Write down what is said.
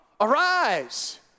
Arise